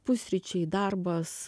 pusryčiai darbas